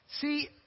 See